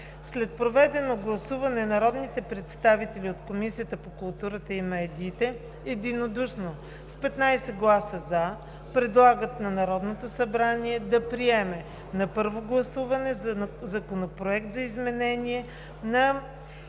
След проведено гласуване народните представители от Комисията по културата и медиите единодушно, с 15 гласа „за“, предлагат на Народното събрание да приеме на първо гласуване Законопроект за изменение на